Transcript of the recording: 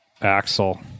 Axel